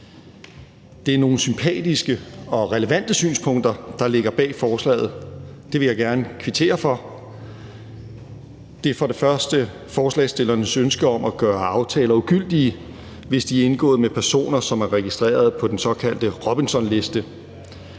Det er nogle sympatiske og relevante synspunkter, der ligger bag forslaget. Det vil jeg gerne kvittere for. Det er for det første forslagsstillernes ønske at gøre aftaler ugyldige, hvis de er indgået med personer, som er registreret på den såkaldte Robinsonliste,